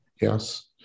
Yes